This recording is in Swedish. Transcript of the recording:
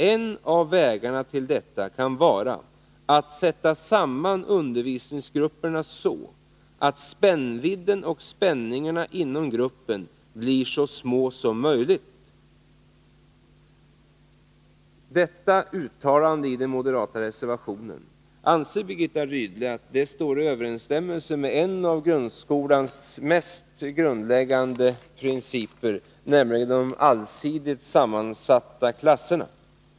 En av vägarna till detta kan vara att sätta samman undervisningsgrupperna så, att spännvidden och spänningarna inom gruppen blir så små som möjligt.” Anser Birgitta Rydle att detta uttalande i den moderata reservationen står i överensstämmelse med en av grundskolans mest grundläggande principer, nämligen om allsidigt sammansatta klasser?